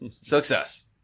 success